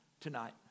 tonight